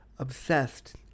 obsessed